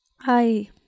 Hi